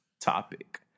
topic